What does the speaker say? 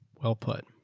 well put.